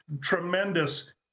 tremendous